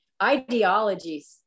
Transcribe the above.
ideologies